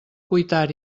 cuitar